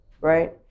right